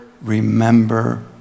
remember